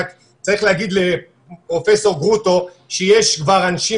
רק צריך להגיד לפרופ' גרוטו שיש כבר אנשים